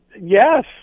Yes